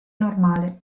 normale